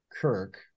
Kirk